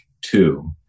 two